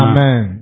Amen